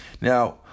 Now